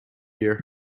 year